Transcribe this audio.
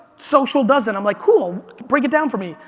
social doesn't. i'm like, cool, break it down for me.